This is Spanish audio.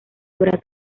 habrá